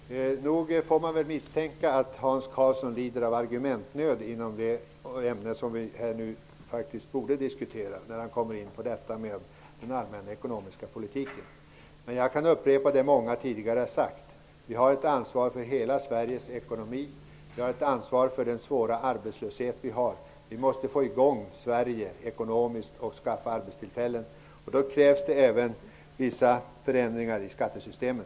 Herr talman! Nog får man väl misstänka att Hans Karlsson lider av argumentnöd om det ämne vi faktiskt borde diskutera när han i stället kommer in på den allmänna ekonomiska politiken. Jag kan upprepa det många har sagt tidigare. Vi har ett ansvar för hela Sveriges ekonomi. Vi har ett ansvar för den svåra arbetslösheten som finns. Vi måste få i gång Sverige ekonomiskt och skapa arbetstillfällen. Då krävs det även vissa förändringar i skattesystemet.